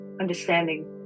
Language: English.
understanding